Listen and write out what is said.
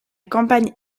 campagne